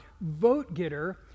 vote-getter